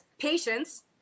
patience